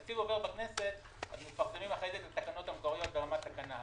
כשהתקציב עובר בכנסת מפרסמים אחרי כן את התקנות המקוריות ברמת תקנה.